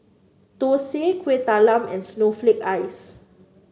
thosai Kueh Talam and Snowflake Ice